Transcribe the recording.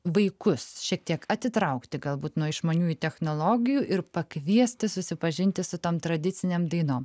vaikus šiek tiek atitraukti galbūt nuo išmaniųjų technologijų ir pakviesti susipažinti su tom tradicinėm dainom